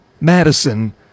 Madison